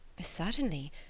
Certainly